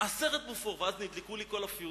אז נדלקו לי כל הפיוזים.